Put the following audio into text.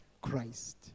Christ